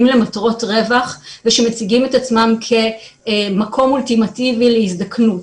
למטרות רווח ושמציגים את עצמם כמקום אולטימטיבי להזדקנות.